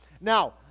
Now